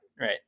right